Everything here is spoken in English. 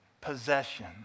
possession